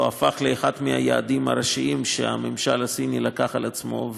והפך לאחד מהיעדים הראשיים שהממשל של סין לקח על עצמו.